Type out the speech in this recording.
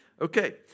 Okay